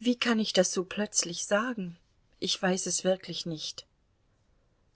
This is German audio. wie kann ich das so plötzlich sagen ich weiß es wirklich nicht